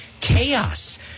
chaos